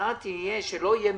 התוצאה תהיה שלא יהיו מעונות.